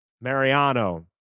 Mariano